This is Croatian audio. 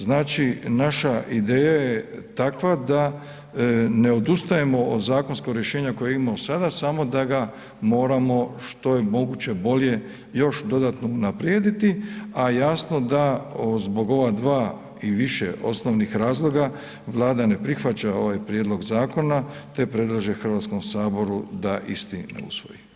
Znači, naša ideja je takva da ne odustajemo od zakonskog rješenja koje imamo sada samo da ga moramo što je moguće bolje još dodatno unaprijediti, a jasno da zbog ova dva i više osnovnih razloga Vlada ne prihvaća ovaj prijedlog zakona te predlaže Hrvatskom saboru da isti ne usvoji.